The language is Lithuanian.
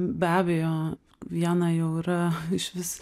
be abejo viena jau yra išvis